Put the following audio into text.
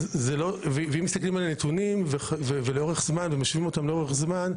אם מסתכלים על נתונים ומשווים אותם לאורך זמן,